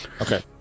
okay